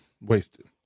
Wasted